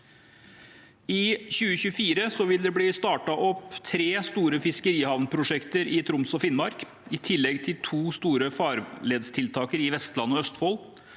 I 2024 vil det bli startet opp tre store fiskerihavnprosjekter i Troms og Finnmark i tillegg til to store farledstiltak i Vestland og Østfold.